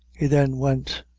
he then went.